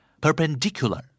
Perpendicular